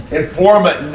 informant